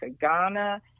Ghana